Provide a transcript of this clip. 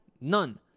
None